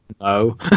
No